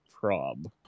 prob